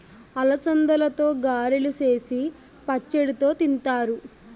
అలసందలతో గారెలు సేసి పచ్చడితో తింతారు